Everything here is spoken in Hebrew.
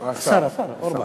השר, אורבך.